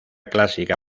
clásica